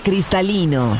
Cristalino